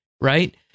right